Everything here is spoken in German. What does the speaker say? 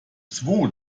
zwo